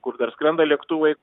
kur dar skrenda lėktuvai